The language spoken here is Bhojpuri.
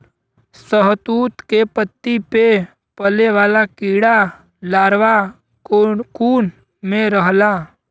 शहतूत के पत्ती पे पले वाला कीड़ा लार्वा कोकून में रहला